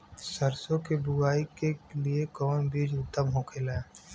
सरसो के बुआई के लिए कवन बिज उत्तम होखेला?